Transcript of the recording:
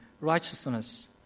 righteousness